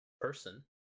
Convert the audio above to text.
person